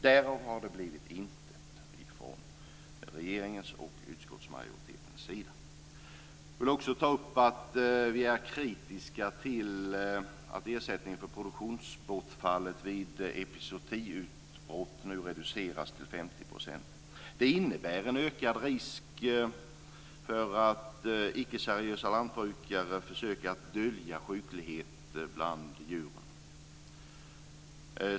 Därav har det blivit intet från regeringens och utskottsmajoritetens sida. Jag vill också ta upp att vi är kritiska till att ersättningen för produktionsbortfallet vid epizootiutbrott nu reduceras till 50 %. Det innebär en ökad risk för att icke-seriösa lantbrukare försöker dölja sjuklighet bland djuren.